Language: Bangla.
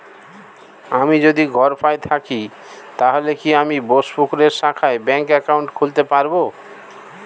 আমি যদি গরফায়ে থাকি তাহলে কি আমি বোসপুকুরের শাখায় ব্যঙ্ক একাউন্ট খুলতে পারবো?